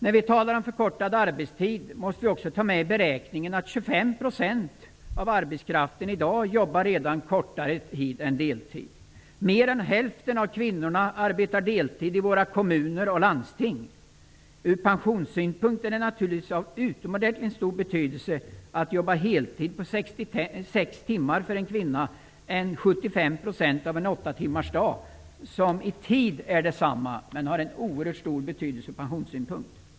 När vi talar om förkortad arbetstid måste vi ta med i beräkningen att 25 % av arbetskraften i dag redan arbetar kortare tid, dvs. deltid. Mer än hälften av kvinnorna arbetar deltid i våra kommuner och landsting. Ur pensionssynpunkt är det naturligtvis av utomordentligt stor betydelse att jobba heltid på sex timmar i stället för 75 % av en åttatimmarsdag. I tid är det lika mycket, men ur pensionssynpunkt är det som sagt av oerhört stor betydelse att arbeta heltid.